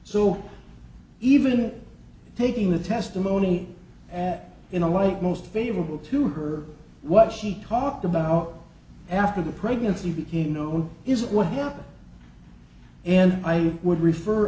so even taking the testimony at in a way most favorable to her what she talked about after the pregnancy became known is what happened and i would refer